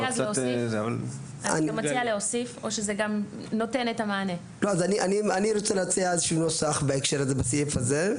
אני רוצה להציע איזשהו נוסח בסעיף הזה: